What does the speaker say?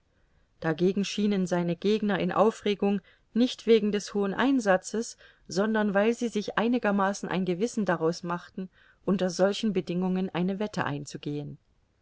dagegen schienen seine gegner in aufregung nicht wegen des hohen einsatzes sondern weil sie sich einigermaßen ein gewissen daraus machten unter solchen bedingungen eine wette einzugehen